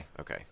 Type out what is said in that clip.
okay